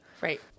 Right